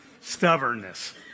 stubbornness